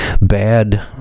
bad